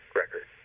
record